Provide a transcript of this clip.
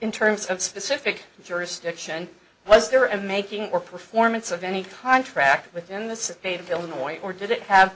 in terms of specific jurisdiction was there a making or performance of any contract within the city of illinois or did it have